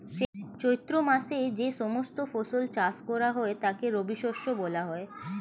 চৈত্র মাসে যে সমস্ত ফসল চাষ করা হয় তাকে রবিশস্য বলা হয়